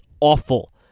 awful